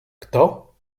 kto